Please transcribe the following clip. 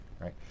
right